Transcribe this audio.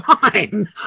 fine